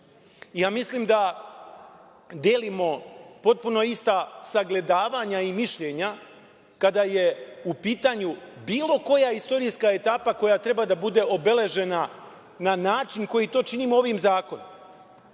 način. Mislim da delimo potpuno ista sagledavanja i mišljenja kada je u pitanju bilo koja istorijska etapa koja treba da bude obeležena na način koji to činimo ovim zakonom,